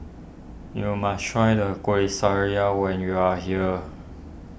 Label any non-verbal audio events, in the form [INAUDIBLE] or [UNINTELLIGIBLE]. you must try the Kueh [UNINTELLIGIBLE] when you are here